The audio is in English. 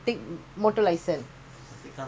chill no lah never